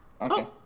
okay